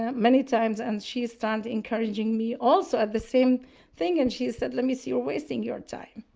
and many times, and she started encouraging me also at the same thing. and she said, lamees, you're wasting your time.